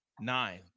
nine